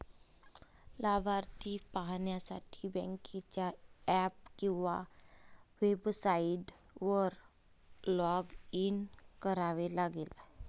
लाभार्थी पाहण्यासाठी बँकेच्या ऍप किंवा वेबसाइटवर लॉग इन करावे लागेल